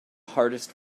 hardest